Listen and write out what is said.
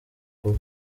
kuba